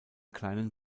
kleinen